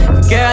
Girl